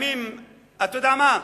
אתה יודע מה?